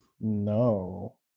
No